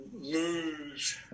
lose